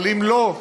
אבל אם לא,